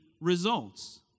results